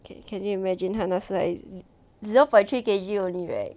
can can you imagine 它那时 like zero point three K_G only right